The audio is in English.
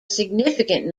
significant